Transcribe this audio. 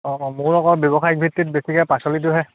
অঁ অঁ মোৰ আকৌ ব্যৱসায়িক ভিত্তিত বেছিকৈ পাচলিটোহে